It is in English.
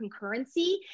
concurrency